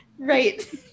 Right